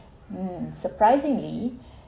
mm surprisingly